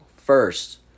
First